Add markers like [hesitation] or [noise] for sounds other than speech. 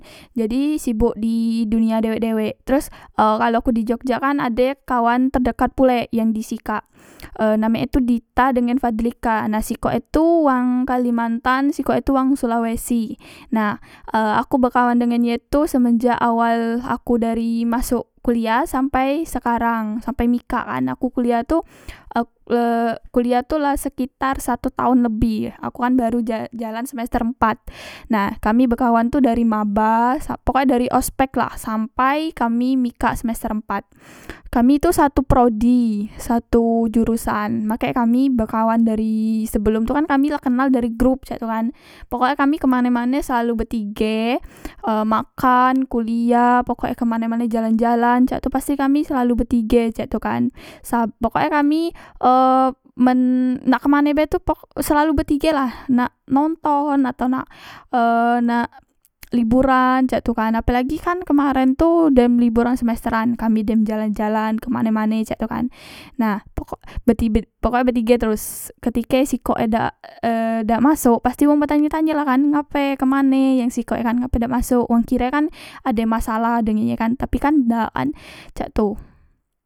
Jadi sibok di dunia dewek dewek teros e kalo aku di jogja kan ade kawan tedekat pulek yang di sikak e namek e tu dita dengan padlika nah sikok e tu wang kalimantan sikok e tu wang sulawesi nah e aku bekawan dengan ye tu semenjak awal dari aku masok kuliah sampai sekarang sampai mikak kan aku kuliah tu [hesitation] e kukiah tu la sekitar satu taon lebi aku kan baru jalan semester empat nah kami bekawan tu dari maba sak pokoke dari ospeklah sampai kami mikak semester empat kami tu satu prodi satu jurusan makek e kami bekawan dari sebelom tu kan kami la kenal dari grup cak tu kan pokoke kami kemane mane selalu betige e makan kuliah pokoke kemane mane jalan jalan cak tu pasti kami selalu betige cak tu kan pokok e kamu e men nak ke mane be tu pokoke selalu betige lah nak nonton atau nak e nak liburan cak tu kan apelagi kan kemaren tu dem liburan semesteran kan kami dem jalan jalan kemane mane cak tu kan nah pokok betibe pokoke betige teros ketike sikok e dak e dak masok pasti wong bertanyo tanyo la kan ngape kemane yang sikok e kan ngape dak masok wong kire kan ade masalah dengan ye kan tapi kan dak kan cak tu